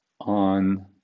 on